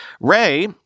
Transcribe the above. Ray